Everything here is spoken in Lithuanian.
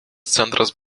centras